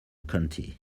county